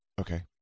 Okay